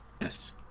Yes